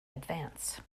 advance